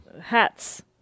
Hats